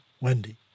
Wendy